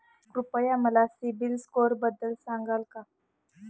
कृपया मला सीबील स्कोअरबद्दल सांगाल का?